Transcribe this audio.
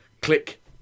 click